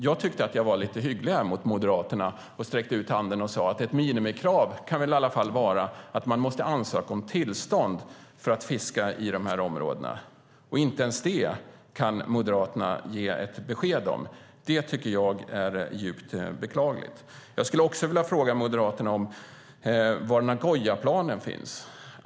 Jag tyckte att jag var lite hygglig mot Moderaterna och sträckte ut handen och sade att ett minimikrav väl ändå kan vara att man måste ansöka om tillstånd för att fiska i dessa områden. Inte ens det kan Moderaterna ge ett besked om. Det tycker jag är djupt beklagligt. Jag skulle också vilja fråga Moderaterna var Nagoyaplanen finns.